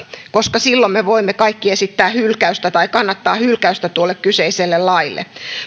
koska silloin me voimme kaikki esittää hylkäystä tai kannattaa hylkäystä tuolle kyseiselle laille